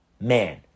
man